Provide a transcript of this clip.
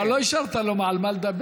כבר לא השארת לו על מה לדבר.